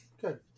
good